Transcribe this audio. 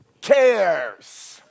cares